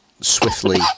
swiftly